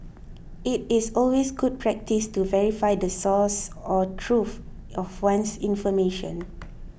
it is always good practice to verify the source or truth of one's information